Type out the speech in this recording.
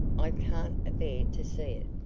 i can't abear to see it.